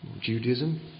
Judaism